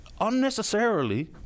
unnecessarily